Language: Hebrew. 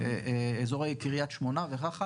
אזורי קריית שמונה וכך הלאה,